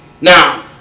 now